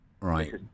right